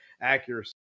accuracy